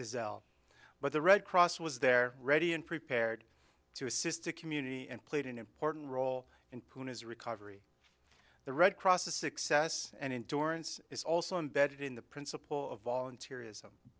isabel but the red cross was there ready and prepared to assist the community and played an important role in his recovery the red cross the success and in durance is also embedded in the principle of volunteerism